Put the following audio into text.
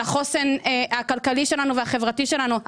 על החוסן הכלכלי שלנו והחברתי שלנו,